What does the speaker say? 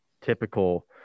typical